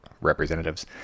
representatives